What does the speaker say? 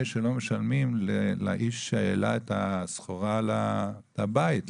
שמשלמים לאיש שהעלה את הסחורה לבית,